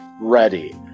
ready